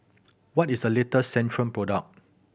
what is the latest Centrum product